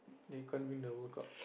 they can't win the World Cup